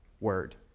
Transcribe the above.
word